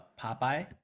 popeye